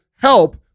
help